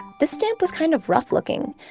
this stamp was kind of rough looking.